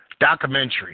documentary